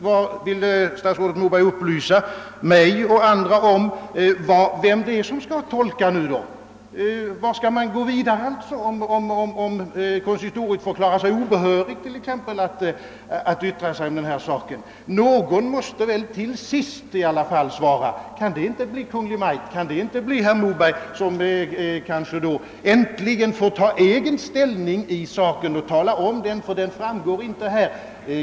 Vill statsrådet Moberg upplysa mig och andra om vem det är som skall tolka? Vart skall man gå vidare, om konsistoriet förklarar sig obehörigt att yttra sig i denna sak? Någon måste väl till sist svara. Kan det inte bli Kungl. Maj:t? Kan det inte bli statsrådet Moberg, som kanske då äntligen får ta egen ställning i saken och även tala om den, ty den framgår inte här?